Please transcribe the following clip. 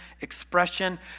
expression